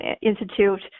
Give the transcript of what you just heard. institute